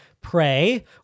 pray